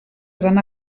gran